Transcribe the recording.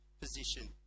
position